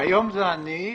היום זה אני.